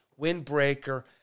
windbreaker